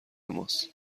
ماست